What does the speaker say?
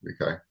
Okay